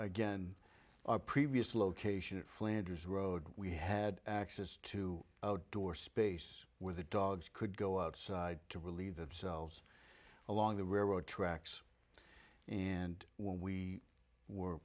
again our previous location at flanders road we had access to outdoor space where the dogs could go outside to relieve themselves along the railroad tracks and when we were